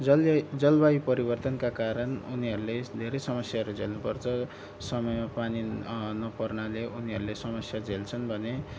जलले जलवायु परिवर्तनका कारण उनीहरूले धेरै समस्याहरू झेल्नुपर्छ समयमा पानी नपर्नाले उनीहरूले समस्या झेल्छन् भने